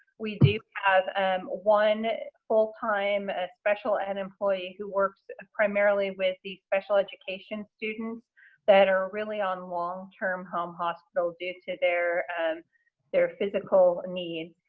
we do have um one full time ah special ed and employee who works primarily with the special education students that are really on longterm home hospital due to their their physical needs.